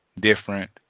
different